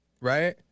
right